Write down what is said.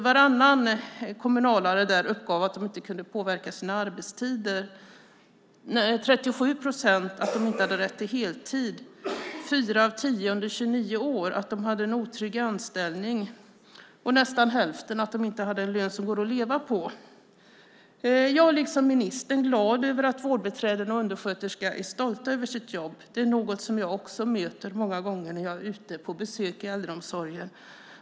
Varannan kommunalare uppgav där att de inte kunde påverka sina arbetstider, 37 procent att de inte hade rätt till heltid, fyra av tio under 29 år att de hade en otrygg anställning och nästan hälften att de inte hade en lön som går att leva på. Jag är liksom ministern glad över att vårdbiträden och undersköterskor är stolta över sitt jobb. Det är något som jag också möter många gånger när jag är ute på besök i äldreomsorgen.